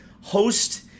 host